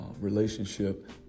relationship